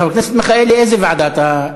חבר הכנסת מיכאלי, איזו ועדה אתה,